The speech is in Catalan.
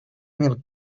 mil